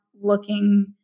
looking